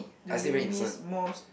do you miss most